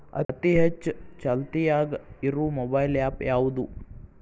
ಅತಿ ಹೆಚ್ಚ ಚಾಲ್ತಿಯಾಗ ಇರು ಮೊಬೈಲ್ ಆ್ಯಪ್ ಯಾವುದು?